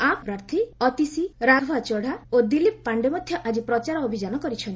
ଆପ୍ର ପ୍ରାର୍ଥୀ ଅତିଶି ରାଗଭ ଚଢ଼ା ଓ ଦିଲ୍ଲୀପ ପାଣ୍ଡେ ମଧ୍ୟ ଆଜି ପ୍ରଚାର ଅଭିଯାନ କରିଛନ୍ତି